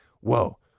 whoa